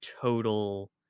total